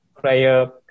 player